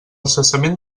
cessament